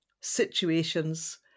situations